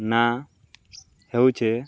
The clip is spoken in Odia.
ନାଁ ହେଉଛେ